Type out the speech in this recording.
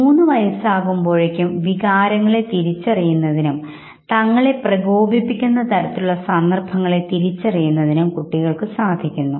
മൂന്ന് വയസ്സാവുമ്പോഴേക്കും വികാരങ്ങളെ തിരിച്ചറിയുന്നതിനും തങ്ങളെ പ്രകോപിപ്പിക്കുന്ന തരത്തിലുള്ള സന്ദർഭങ്ങളെ തിരിച്ചറിയുന്നതിനും കുട്ടികൾക്ക് സാധിക്കുന്നു